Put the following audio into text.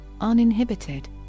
uninhibited